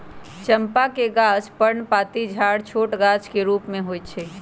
चंपा के गाछ पर्णपाती झाड़ छोट गाछ के रूप में होइ छइ